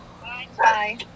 Bye